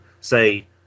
Say